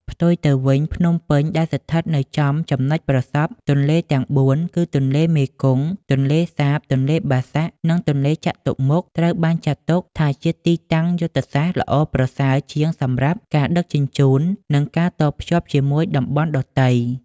ផ្ទុយទៅវិញ ភ្នំពេញ ដែលស្ថិតនៅចំចំណុចប្រសព្វទន្លេទាំងបួនគឺទន្លេមេគង្គ ទន្លេសាប ទន្លេបាសាក់ និងទន្លេចតុមុខ ត្រូវបានចាត់ទុកថាជាទីតាំងយុទ្ធសាស្ត្រល្អប្រសើរជាងសម្រាប់ការដឹកជញ្ជូន និងការតភ្ជាប់ជាមួយតំបន់ដទៃ។